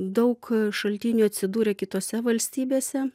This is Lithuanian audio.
daug šaltinių atsidūrė kitose valstybėse